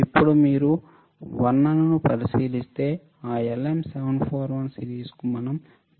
ఇప్పుడు మీరు వర్ణనను పరిశీలిస్తే ఆ LM 741 సిరీస్ కు మనం వివరణను చూస్తాము